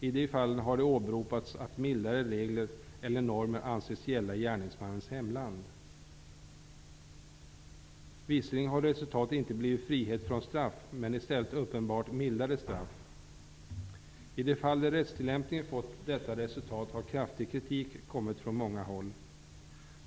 I de fallen har det åberopats att mildare regler eller normer anses gälla i gärningsmannens hemland. Visserligen har resultatet inte blivit frihet från straff, men i stället uppenbart mildare straff. I de fall där rättstillämpningen har fått detta resultat har kraftig kritik kommit från många håll.